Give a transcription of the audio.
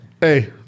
Hey